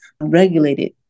regulated